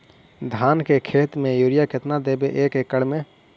धान के खेत में युरिया केतना देबै एक एकड़ में?